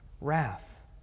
wrath